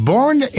Born